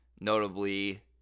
notably